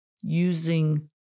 using